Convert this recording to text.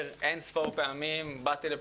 באתי לפה לפעמים לריב,